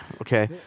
okay